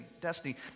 destiny